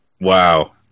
Wow